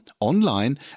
online